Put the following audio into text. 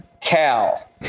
Cal